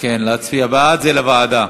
בעד זה לוועדה.